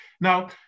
Now